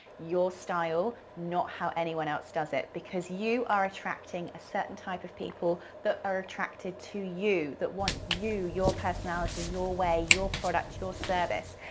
your style, not how anyone else does it because you are attracting a certain type of people that are attracted to you, that want you, your personality, your way, your product, your service.